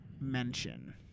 Mention